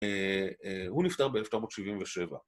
‫הוא נפטר ב-1977.